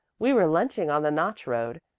we were lunching on the notch road,